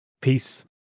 Peace